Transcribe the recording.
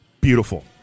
beautiful